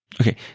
Okay